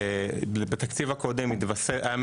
בתקציב הקודם היה כ-